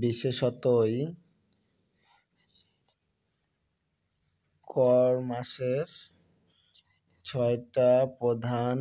বিশেষতঃ ই কমার্সের ছয়টা প্রধান